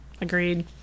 Agreed